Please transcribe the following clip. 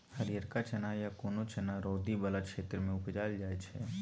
हरियरका चना या कोनो चना रौदी बला क्षेत्र मे उपजाएल जाइ छै